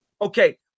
Okay